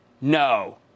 No